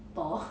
thor